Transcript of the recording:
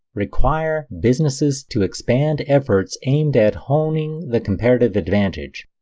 require businesses to expand efforts aimed at honing the comparative advantage.